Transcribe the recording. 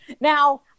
now